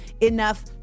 enough